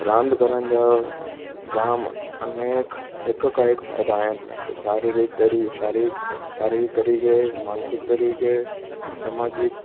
रांदि करण जा जाम अनेक हिक खां हिक फ़ाइदा आहिनि श शारीरिक तरी शारीरिक तरीक़े मानसिकु तरीक़े समाजिकु